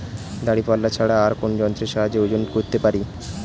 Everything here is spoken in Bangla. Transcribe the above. দাঁড়িপাল্লা ছাড়া আর কোন যন্ত্রের সাহায্যে ওজন করতে পারি?